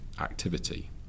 activity